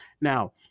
Now